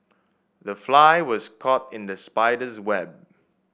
the fly was caught in the spider's web